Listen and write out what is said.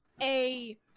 a-